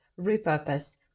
repurpose